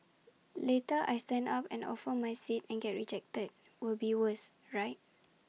later I stand up and offer my seat and get rejected will be worse right